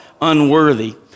unworthy